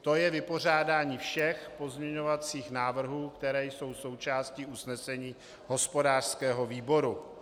To je vypořádání všech pozměňovacích návrhů, které jsou součástí usnesení hospodářského výboru.